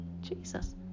jesus